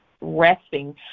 resting